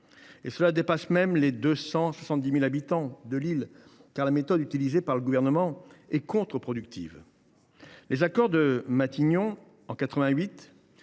sujet dépasse même les 270 000 habitants de l’île, car la méthode utilisée par le Gouvernement est contre productive. Les accords de Matignon,